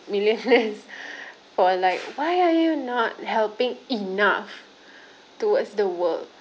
millionaires for like why are you not helping enough towards the world